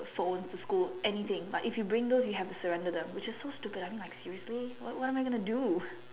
phones to school anything but if you bring those you have to surrender them which is so stupid I mean like seriously what what am I gonna to do